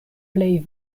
plej